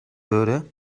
würde